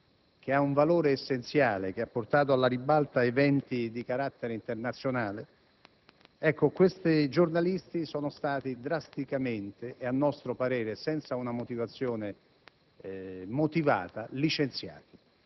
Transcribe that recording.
che ha un valore essenziale e che ha portato alla ribalta eventi di carattere internazionale. Ebbene, questi giornalisti sono stati drasticamente e, a nostro parere senza una decisione motivata, licenziati.